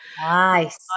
Nice